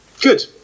Good